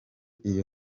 iyo